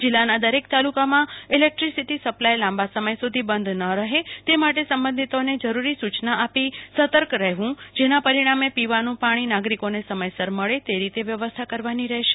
જિલ્લાના દરેક તાલુકામાં ઈલેક્ટ્રીક સીટી સપ્લાય લાંબા સમય સુધી બંધ ન રહે તે માટે સંબંધિતોને જરૂરી સૂચના આપી સતર્ક રહેવું જેના પરિણામે પીવાનું પાણી નાગરિકોને સમયસર મળે તે રીતે વ્યવસ્થા કરવાની રહેશે